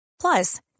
Plus